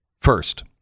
First